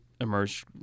emerged